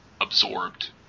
absorbed